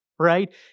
right